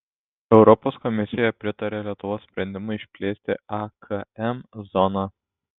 europos komisija pritarė lietuvos sprendimui išplėsti akm zoną